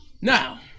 Now